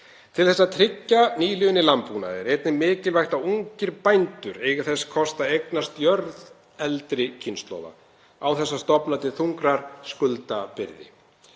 Til þess að tryggja nýliðun í landbúnaði er einnig mikilvægt að ungir bændur eigi þess kost að eignast jörð eldri kynslóða án þess að stofna til þungrar skuldabyrði.